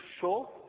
show